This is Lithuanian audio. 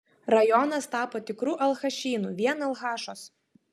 rajonas tapo tikru alchašynu vien alchašos